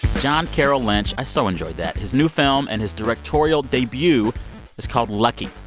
john caroll lynch. i so enjoyed that. his new film and his directorial debut is called lucky.